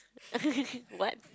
what